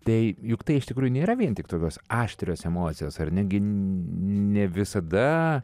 tai juk tai iš tikrųjų nėra vien tik tokios aštrios emocijos ar netgi ne visada